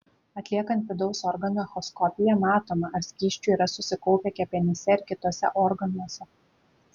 atliekant vidaus organų echoskopiją matoma ar skysčių yra susikaupę kepenyse ir kituose organuose